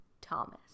Thomas